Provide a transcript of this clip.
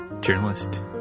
journalist